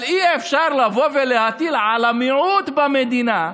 אבל אי-אפשר לבוא ולהטיל על המיעוט במדינה,